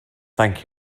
thank